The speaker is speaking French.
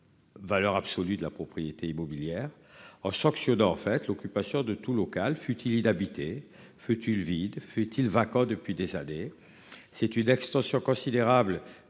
Valeur absolue de la propriété immobilière en sanctionnant, en fait, l'occupation de tout local futile inhabité feu tu le vide, fut-il vacant depuis des années. C'est une extension considérable